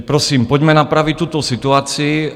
Prosím, pojďme napravit tuto situaci.